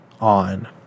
on